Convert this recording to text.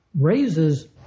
raises